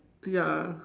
ya